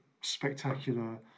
spectacular